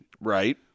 right